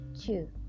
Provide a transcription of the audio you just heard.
Two